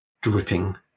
dripping